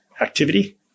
activity